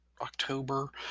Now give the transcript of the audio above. October